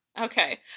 Okay